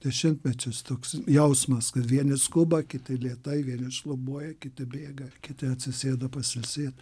dešimtmečius toks jausmas kad vieni skuba kiti lėtai vieni šlubuoja kiti bėga kiti atsisėda pasiilsėt